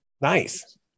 nice